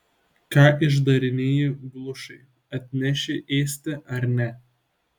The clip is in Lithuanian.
ką išdarinėji glušai atneši ėsti ar ne